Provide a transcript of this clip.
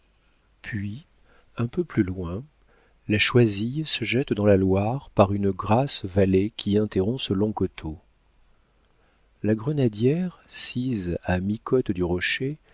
puis un peu plus loin la choisille se jette dans la loire par une grasse vallée qui interrompt ce long coteau la grenadière sise à mi-côte du rocher